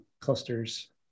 cluster's